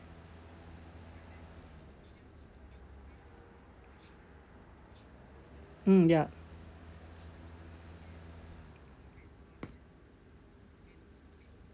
mm ya